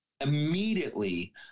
immediately